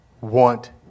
want